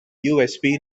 usb